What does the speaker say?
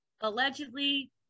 allegedly